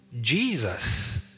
Jesus